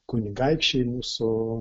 kunigaikščiai mūsų